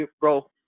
bro